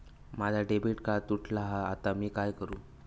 माझा debit card तुटला हा आता मी काय करू?